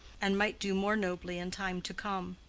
and might do more nobly in time to come.